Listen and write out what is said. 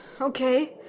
Okay